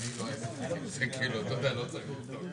תיתקלו בקשיים